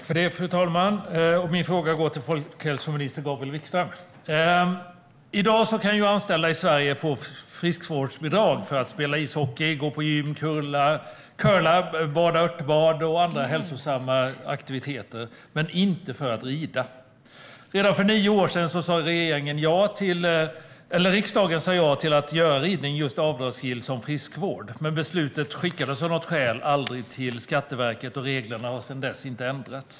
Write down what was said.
Fru talman! Min fråga går till folkhälsominister Gabriel Wikström. I dag kan anställda i Sverige få friskvårdsbidrag för att spela ishockey, gå på gym, curla, bada örtbad och bedriva andra hälsosamma aktiviteter - men inte för att rida. Redan för nio år sedan sa riksdagen ja till att göra ridning avdragsgillt som friskvård. Men beslutet skickades av något skäl aldrig till Skatteverket, och reglerna har sedan dess inte ändrats.